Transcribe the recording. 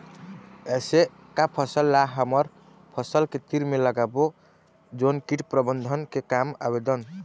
ऐसे का फसल ला हमर फसल के तीर मे लगाबो जोन कीट प्रबंधन के काम आवेदन?